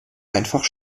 einfach